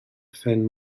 phen